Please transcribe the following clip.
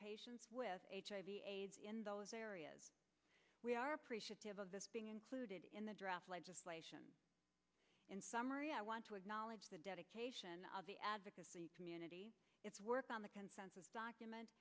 patients with hiv aids in those areas we are appreciative of this being included in the draft legislation in summary i want to acknowledge the dedication of the advocacy community its work on the consensus document